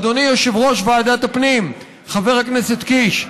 אדוני יושב-ראש ועדת הפנים חבר הכנסת קיש,